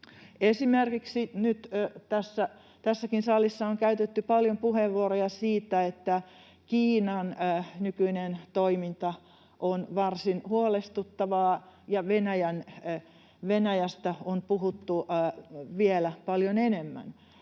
Esimerkiksi nyt tässäkin salissa on käytetty paljon puheenvuoroja siitä, että Kiinan nykyinen toiminta on varsin huolestuttavaa, ja Venäjästä on puhuttu vielä paljon enemmän.